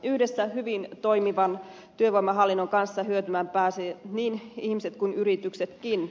yhdessä hyvin toimivan työvoimahallinnon kanssa hyötymään pääsevät niin ihmiset kuin yrityksetkin